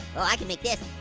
oh i can make this.